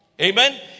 Amen